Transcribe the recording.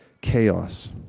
chaos